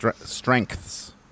strengths